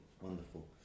Wonderful